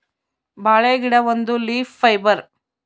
ಬಾಳೆ ಗಿಡ ಒಂದು ಲೀಫ್ ಫೈಬರ್